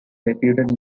reputed